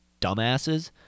dumbasses